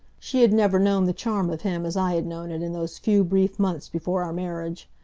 she had never known the charm of him as i had known it in those few brief months before our marriage.